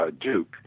Duke